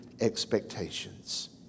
expectations